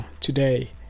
today